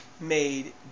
Made